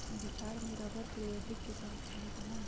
बिहार में रबड़ प्रौद्योगिकी के संस्थान कहाँ हई?